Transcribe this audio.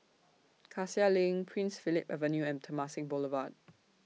Cassia LINK Prince Philip Avenue and Temasek Boulevard